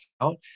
out